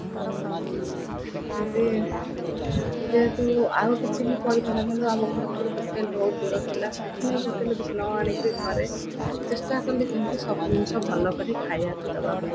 ଆଉ ଏମିତି ଯେହେତୁ ଆଉ କିଛି ବି କରିପାରୁନଥାନ୍ତୁ ଆମ ଘର ପାଖରୁ ହୋଟେଲ ବହୁତ ଦୂର ଥିଲା ସେଥିପାଇଁ ହୋଟେଲ କିଛି ନ ଆଣି କରି ଘରେ ଚେଷ୍ଟା କର କେମିତି ସବୁ ଜିନିଷ ଭଲ କରି ଖାଇବାକୁ ଦେବା ପାଇଁ